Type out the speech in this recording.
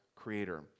creator